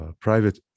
private